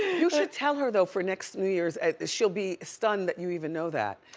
you should tell her though for next new year's, she'll be stunned that you even know that.